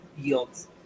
yields